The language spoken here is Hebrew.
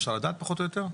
אפשר לדעת פחות או יותר?